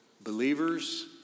believers